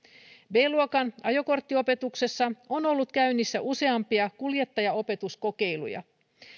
b luokan ajokorttiopetuksessa on ollut käynnissä useampia kuljettajaopetuskokeiluja